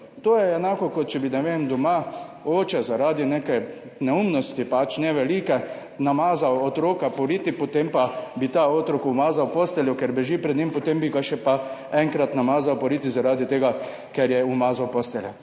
To je enako, kot če bi, ne vem, doma oče zaradi neke neumnosti, ne velike, namazal otroka po riti, potem pa bi ta otrok umazal posteljo, ker beži pred njim, potem bi ga še pa enkrat namazal po riti zaradi tega, ker je umazal posteljo.